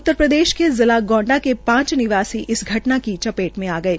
उत्तरप्रदेश के जिला गोंडा के पांच निवासी इस घटना के चपेट आ गये